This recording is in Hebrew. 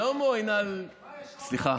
שלמה, אינעל, סליחה.